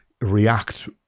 react